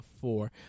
four